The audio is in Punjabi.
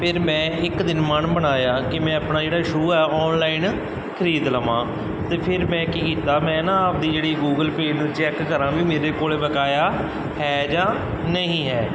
ਫਿਰ ਮੈਂ ਇੱਕ ਦਿਨ ਮਨ ਬਣਾਇਆ ਕਿ ਮੈਂ ਆਪਣਾ ਜਿਹੜਾ ਸ਼ੂਅ ਹੈ ਔਨਲਾਈਨ ਖਰੀਦ ਲਵਾਂ ਅਤੇ ਫਿਰ ਮੈਂ ਕੀ ਕੀਤਾ ਮੈਂ ਨਾ ਆਪਦੀ ਜਿਹੜੀ ਗੂਗਲ ਪੇਅ ਨੂੰ ਚੈੱਕ ਕਰਾਂ ਵੀ ਮੇਰੇ ਕੋਲ ਬਕਾਇਆ ਹੈ ਜਾਂ ਨਹੀਂ ਹੈ